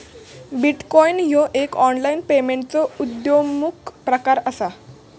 bitcoin ह्यो एक online पेमेंटचो उद्योन्मुख प्रकार असा